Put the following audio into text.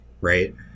right